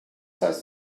heißt